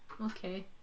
Okay